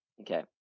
Okay